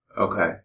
Okay